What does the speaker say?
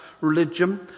religion